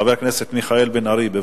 חבר הכנסת מיכאל בן-ארי, בבקשה.